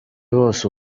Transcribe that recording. bose